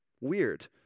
Weird